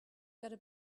gotta